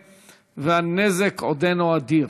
ובהן הסברה בציבור ושינוי הרגלים מדורג,